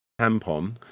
tampon